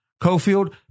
Cofield